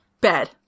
bed